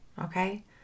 Okay